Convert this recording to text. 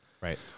Right